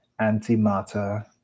Antimatter